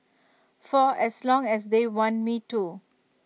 for as long as they want me to